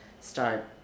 start